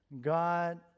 God